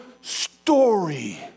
story